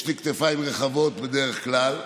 יש לי כתפיים רחבות בדרך כלל,